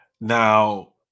Now